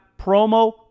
promo